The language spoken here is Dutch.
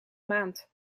maand